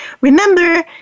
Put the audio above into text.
Remember